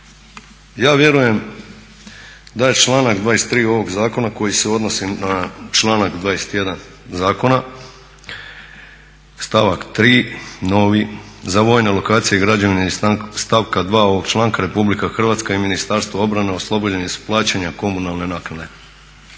ja vjerujem da je članak 23. ovog zakona koji se odnosi na članak 21. zakona, stavak 3. novi za vojne lokacije i građevine iz stavka 2. ovog članka RH i Ministarstvo obrane oslobođeni su plaćanja komunalne naknade.